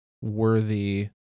worthy